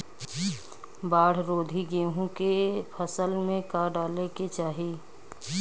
बाढ़ रोधी गेहूँ के फसल में का डाले के चाही?